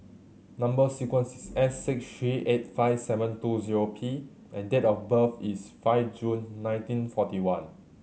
number sequence is S six three eight five seven two zero P and date of birth is five June nineteen forty one